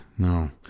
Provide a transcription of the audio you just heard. no